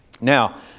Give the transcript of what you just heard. Now